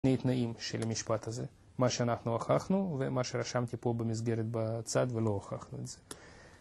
שני תנאים של המשפט הזה, מה שאנחנו הוכחנו ומה שרשמתי פה במסגרת בצד ולא הוכחנו את זה.